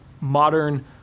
modern